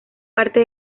parte